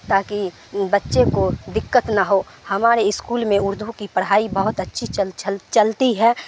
تاکہ بچے کو دقت نہ ہو ہمارے اسکول میں اردو کی پڑھائی بہت اچھی چل چل چلتی ہے